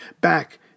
back